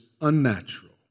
unnatural